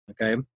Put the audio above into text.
okay